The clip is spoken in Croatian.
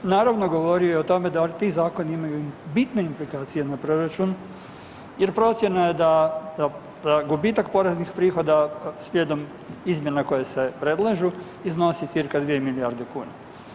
Naravno, govorio je o tome da ti zakoni imaju bitne imputacije na proračun jer procjena je da gubitak poreznih prihoda slijedom izmjena koje se predlažu iznose cca 2 milijarde kuna.